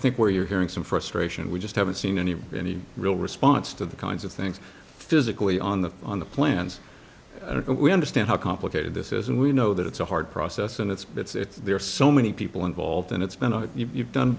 think where you're hearing some frustration we just haven't seen any any real response to the kinds of things physically on the on the plans and we understand how complicated this is and we know that it's a hard process and it's but it's there are so many people involved and it's been a you've done